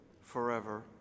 forever